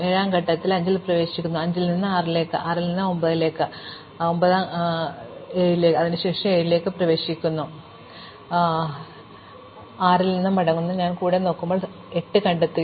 അതിനാൽ ഞാൻ 7 ആം ഘട്ടത്തിൽ 5 ൽ പ്രവേശിക്കുന്നു 5 ൽ നിന്ന് 6 ാം ഘട്ടത്തിലേക്ക് 6 ൽ പ്രവേശിക്കുന്നു 6 ൽ നിന്ന് 9 ആം ഘട്ടത്തിൽ 7 ൽ പ്രവേശിക്കുന്നു ഇപ്പോൾ 7 ൽ നിന്ന് എനിക്ക് മറ്റെവിടെയും പോകാൻ കഴിയില്ല അതിനാൽ ഞാൻ 7 കുതിച്ചുചാട്ടുന്നു 6 ൽ ഞാൻ മടങ്ങുന്നു 6 ഞാൻ കൂടുതൽ നോക്കുമ്പോൾ ഞാൻ 8 കണ്ടെത്തി